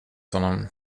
honom